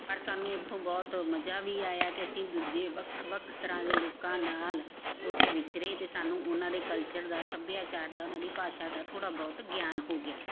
ਪਰ ਸਾਨੂੰ ਉੱਥੋਂ ਬਹੁਤ ਮਜ਼ਾ ਵੀ ਆਇਆ ਕਿ ਅਸੀਂ ਦੂਜੇ ਵੱਖ ਵੱਖ ਤਰ੍ਹਾਂ ਦੇ ਲੋਕਾਂ ਨਾਲ ਉੱਥੇ ਵਿਚਰੇ ਅਤੇ ਸਾਨੂੰ ਉਹਨਾਂ ਦੇ ਕਲਚਰ ਦਾ ਸੱਭਿਆਚਾਰ ਦਾ ਉਹਨਾਂ ਦੀ ਭਾਸ਼ਾ ਦਾ ਥੋੜ੍ਹਾ ਬਹੁਤ ਗਿਆਨ ਹੋ ਗਿਆ